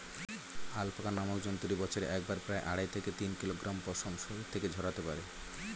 alpaca নামক জন্তুটি বছরে একবারে প্রায় আড়াই থেকে তিন কিলোগ্রাম পশম শরীর থেকে ঝরাতে পারে